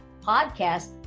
podcast